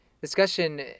discussion